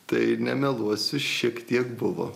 tai nemeluosiu šiek tiek buvo